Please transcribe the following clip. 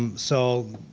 um so